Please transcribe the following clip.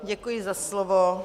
Děkuji za slovo.